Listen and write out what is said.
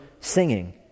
singing